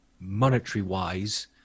monetary-wise